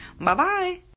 Bye-bye